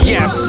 Yes